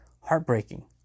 Heartbreaking